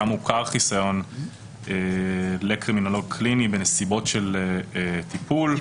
שם הוכר חיסיון לקרימינולוג קליני בנסיבות של טיפול,